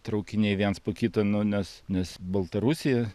traukiniai viens po kito nu nes nes baltarusija